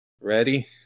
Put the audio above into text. ready